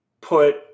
put